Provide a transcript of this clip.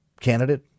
candidate